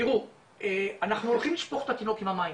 תראו, אנחנו הולכים לשפוך את התינוק עם המים.